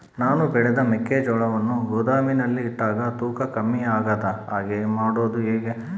ನಾನು ಬೆಳೆದ ಮೆಕ್ಕಿಜೋಳವನ್ನು ಗೋದಾಮಿನಲ್ಲಿ ಇಟ್ಟಾಗ ತೂಕ ಕಮ್ಮಿ ಆಗದ ಹಾಗೆ ಮಾಡೋದು ಹೇಗೆ?